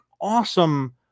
awesome